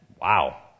Wow